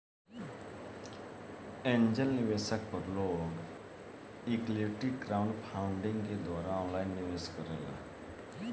angel निवेशक पर लोग इक्विटी क्राउडफण्डिंग के द्वारा ऑनलाइन निवेश करेला